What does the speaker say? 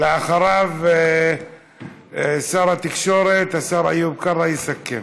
אחריו שר התקשורת איוב קרא יסכם.